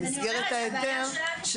במסגרת ההיתר,